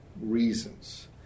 reasons